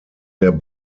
der